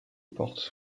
portes